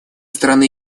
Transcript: страны